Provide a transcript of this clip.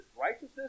righteousness